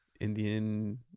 Indian